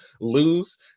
lose